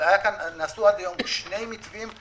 אבל נעשו עד היום שני מתווים,